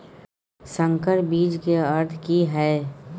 संकर बीज के अर्थ की हैय?